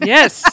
Yes